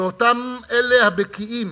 ואותם אלה הבקיאים,